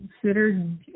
considered